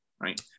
right